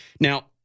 Now